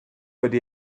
wedi